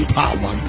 power